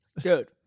Dude